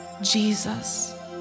Jesus